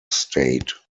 state